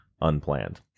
unplanned